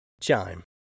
Chime